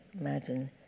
imagine